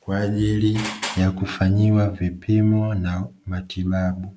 kwa ajili ya kufanyiwa vipimo na matibabu.